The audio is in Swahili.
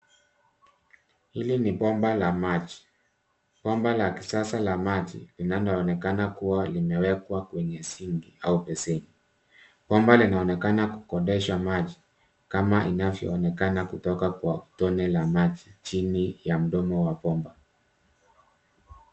Hili ni bomba la maji. Bomba la kisasa la maji linaloonekana kuwa limewekwa kwenye siniki au beseni. Bomba linaonekana kukodeshwa maji kama inavyoonekana kutoka kwa utone la maji chini ya mdomo wa bomba.